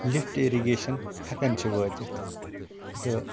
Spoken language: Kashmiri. لِفٹ اِرِگیٚشن ہٮ۪کان چھِ وٲتِتھ تہٕ